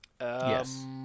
Yes